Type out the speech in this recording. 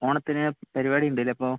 ഓണത്തിന് പരിപാടി ഉണ്ടല്ലെ അപ്പോൾ